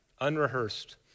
unrehearsed